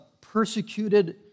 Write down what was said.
persecuted